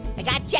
i gotta yeah